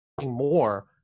More